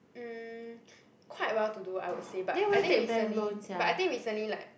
mm quite well to do I would say but I think recently but I think recently like